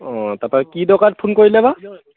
অঁ তাৰপৰা কি দৰকাৰত ফোন কৰিলেবা